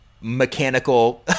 mechanical